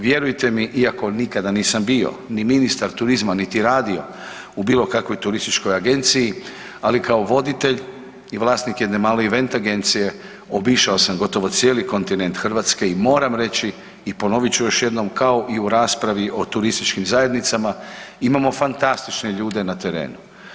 Vjerujte mi, iako nikada nisam bio ni ministar turizma niti radio u bilo kakvoj turističkoj agenciji ali kao voditelj i vlasnik jedne male event agencije obišao sam gotovo cijeli kontinent Hrvatske i moram reći i ponovit ću još jednom kao i u raspravi o turističkim zajednicama imamo fantastične ljude na terenu.